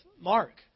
Mark